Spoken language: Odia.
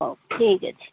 ହଉ ଠିକ୍ ଅଛି